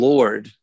Lord